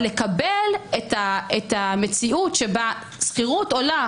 אבל לקבל את המציאות שהשכירות עולה